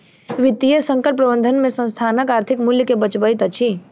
वित्तीय संकट प्रबंधन में संस्थानक आर्थिक मूल्य के बचबैत अछि